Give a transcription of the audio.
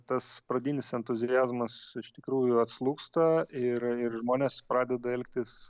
tas pradinis entuziazmas iš tikrųjų atslūgsta ir ir žmonės pradeda elgtis